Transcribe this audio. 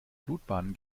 blutbahnen